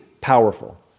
powerful